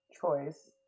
choice